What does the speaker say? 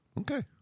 Okay